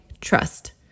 trust